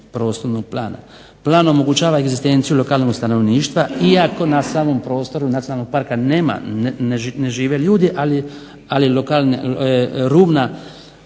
prostornog plana. Plan omogućava egzistenciju lokalnog stanovništva iako na samom prostoru nacionalnog parka nema ne žive ljudi, ali rubni